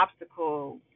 obstacle